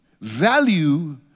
value